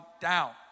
down